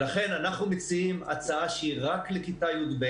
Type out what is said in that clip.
לכן, אנחנו מציעים הצעה שהיא רק לכיתה י"ב.